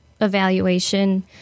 evaluation